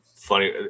funny